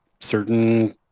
certain